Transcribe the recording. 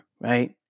right